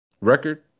record